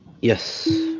Yes